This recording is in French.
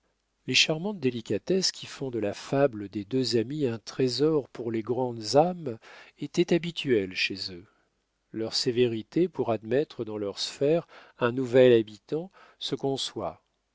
les charmantes délicatesses qui font de la fable des deux amis un trésor pour les grandes âmes étaient habituelles chez eux leur sévérité pour admettre dans leur sphère un nouvel habitant se conçoit